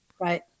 Right